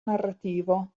narrativo